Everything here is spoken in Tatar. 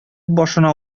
башына